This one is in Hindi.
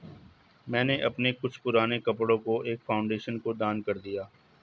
मैंने अपने कुछ पुराने कपड़ो को एक फाउंडेशन को दान कर दिया